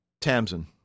tamsin